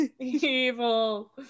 evil